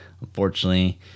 unfortunately